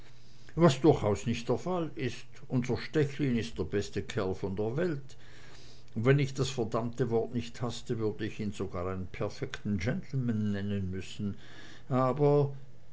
was durchaus nicht der fall ist unser stechlin ist der beste kerl von der welt und wenn ich das verdammte wort nicht haßte würd ich ihn sogar einen perfekten gentleman nennen müssen aber